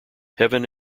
heaven